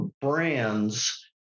brands